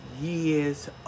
years